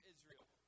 Israel